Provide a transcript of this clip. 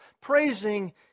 praising